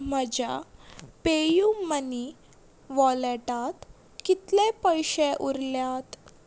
म्हज्या PayU money वॉलेटांत कितले पयशे उरल्यात